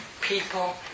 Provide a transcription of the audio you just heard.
people